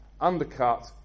undercut